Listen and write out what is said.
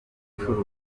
gucuruza